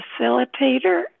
facilitator